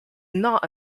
not